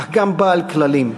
אך גם בעל כללים,